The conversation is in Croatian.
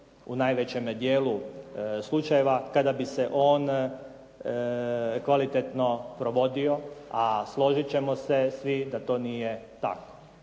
u najvećem dijelu slučajeva kada bi se on kvalitetno provodio a složit ćemo se svi da to nije tako.